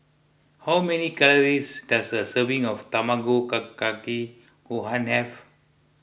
how many calories does a serving of Tamago Kake Gohan have